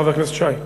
חבר הכנסת שי.